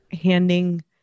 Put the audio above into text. handing